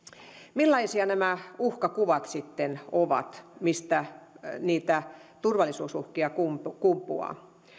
millaisia nämä uhkakuvat sitten ovat mistä niitä turvallisuusuhkia kumpuaa kumpuaa